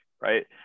right